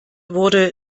wurde